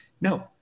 no